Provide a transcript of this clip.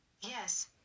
Yes